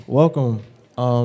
welcome